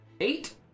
Eight